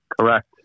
Correct